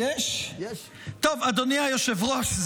אדוני היושב-ראש,